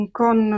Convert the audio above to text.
con